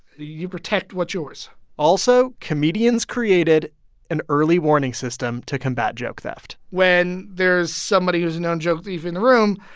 you protect what's yours also, comedians created an early warning system to combat joke theft when there's somebody who is a known joke thief in the room,